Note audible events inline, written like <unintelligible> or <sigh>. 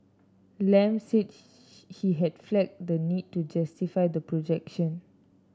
Lam said <unintelligible> he had flagged the need to justify the projection